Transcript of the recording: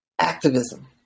activism